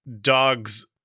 dogs